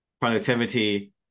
Productivity